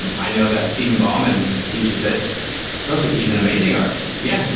um i know that stephen bauman teaches it though. he's an amazing artist. yeah,